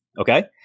okay